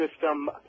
system